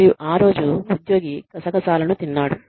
మరియు ఆ రోజు ఉద్యోగి గసగసాలను తిన్నాడు